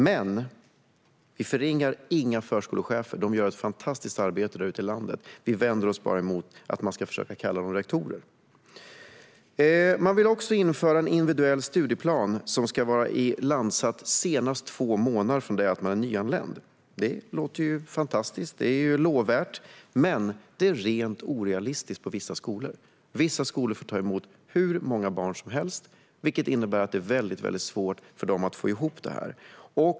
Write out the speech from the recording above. Men vi förringar inga förskolechefer. De gör ett fantastiskt arbete ute i landet. Vi vänder oss bara emot att man ska kalla dem rektorer. Man vill också införa en individuell studieplan som ska vara på plats senast två månader från det att någon är nyanländ. Det låter ju fantastiskt. Det är lovvärt. Men på vissa skolor är det rent orealistiskt. Vissa skolor får ta emot hur många barn som helst, vilket innebär att det är väldigt svårt för dem att få ihop det här.